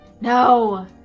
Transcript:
no